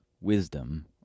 Wisdom